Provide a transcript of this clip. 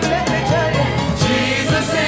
Jesus